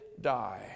die